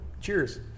Cheers